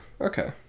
okay